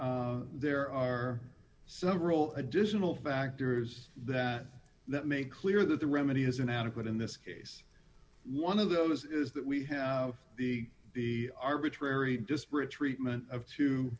there are several additional factors that that make clear that the remedy is inadequate in this case one of those is that we have the arbitrary disparate treatment of two